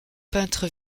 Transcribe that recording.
peintre